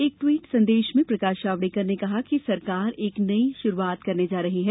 एक ट्वीट संदेश में प्रकाश जावड़ेकर ने कहा कि सरकार एक नई शुरूआत करने जा रही है